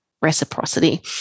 reciprocity